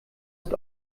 ist